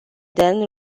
then